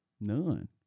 None